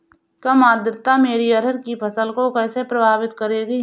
कम आर्द्रता मेरी अरहर की फसल को कैसे प्रभावित करेगी?